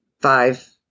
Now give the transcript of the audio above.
five